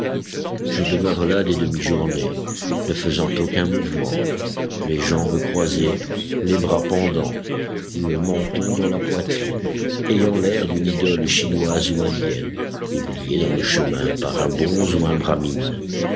je demeure là des demi journées ne faisant aucun mouvement les jambes croisées les bras pendants le menton dans la poitrine ayant l'air d'une idole chinoise ou indienne oubliée dans le chemin par un bonze ou un bramine